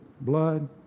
blood